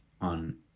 on